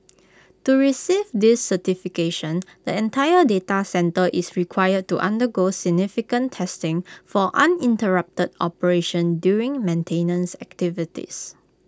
to receive this certification the entire data centre is required to undergo significant testing for uninterrupted operation during maintenance activities